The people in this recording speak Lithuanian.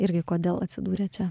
irgi kodėl atsidūrė čia